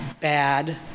bad